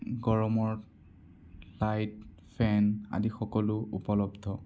গৰমত light fan আদি সকলো উপলব্ধ